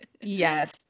Yes